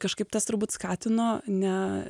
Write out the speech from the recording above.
kažkaip tas turbūt skatino ne